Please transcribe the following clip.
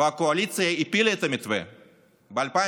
והקואליציה הפילה את המתווה ב-2018,